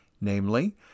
Namely